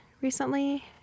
recently